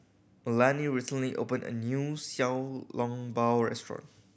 Melany recently opened a new Xiao Long Bao restaurant